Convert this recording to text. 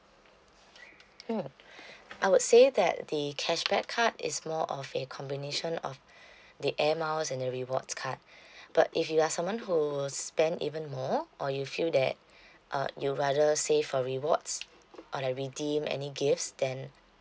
mm I would say that the cashback card is more of a combination of the air miles and the rewards card but if you are someone who spend even more or you feel that uh you rather save a reward or like redeem any gifts then